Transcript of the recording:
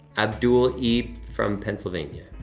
abdul e. from pennsylvania.